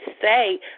say